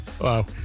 Wow